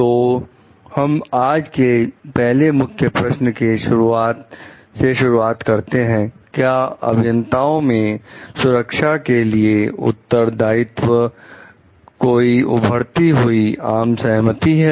तो हम आज के पहले मुख्य प्रश्न से शुरुआत करते हैं क्या अभियंताओं में सुरक्षा के लिए उत्तरदायित्व कोई उभरती हुई आम सहमति है